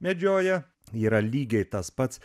medžioja yra lygiai tas pats